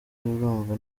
urumva